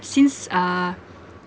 since uh